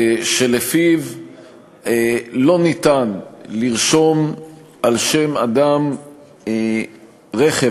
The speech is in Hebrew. שלפיו לא ניתן לרשום על שם אדם רכב